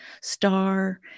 star